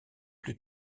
plus